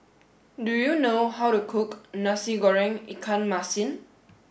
do you know how to cook Nasi Goreng Ikan Masin